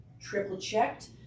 triple-checked